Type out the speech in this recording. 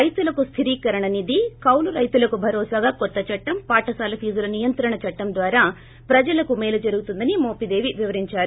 రైతులకు స్లిరీకరణ నిధి కౌలు రైతులకు భరోసాగా కొత్త చట్లం పాఠశాల ఫీజుల నియంత్రణ చట్టం ద్వారా ప్రజలకు మేలు జరుగుతుందని మోపిదేవి వివరించారు